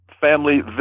family